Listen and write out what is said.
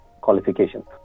qualifications